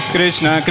Krishna